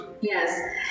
Yes